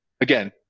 again